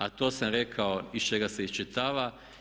A to sam rekao iz čega se iščitava.